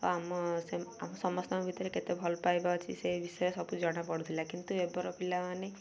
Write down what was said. ଆମ ସମସ୍ତଙ୍କ ଭିତରେ କେତେ ଭଲ ପାଇବା ଅଛି ସେ ବିଷୟରେ ସବୁ ଜଣାପଡ଼ୁଥିଲା କିନ୍ତୁ ଏବେର ପିଲାମାନେ